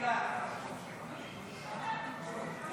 יש הסכמה או